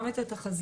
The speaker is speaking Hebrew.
גם את התחזיות,